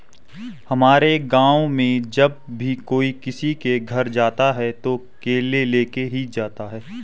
हमारे गाँव में जब भी कोई किसी के घर जाता है तो केले लेके ही जाता है